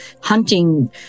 hunting